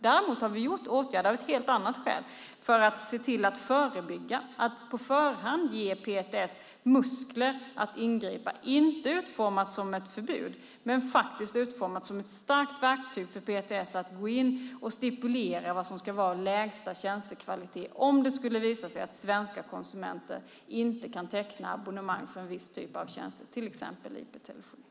Däremot har vi vidtagit åtgärder av ett helt annat skäl, nämligen att se till att förebygga och på förhand ge PTS muskler att ingripa - inte utformat som ett förbud utan utformat som ett starkt verktyg för PTS att gå in och stipulera vad som ska vara lägsta tjänstekvalitet om det skulle visa sig att svenska konsumenter inte kan teckna abonnemang för en viss typ av tjänster, till exempel IP-telefoni.